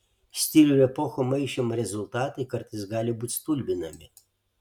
stilių ir epochų maišymo rezultatai kartais gali būti stulbinami